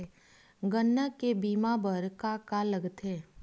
गन्ना के बीमा बर का का लगथे?